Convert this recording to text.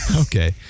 Okay